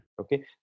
okay